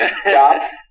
Stop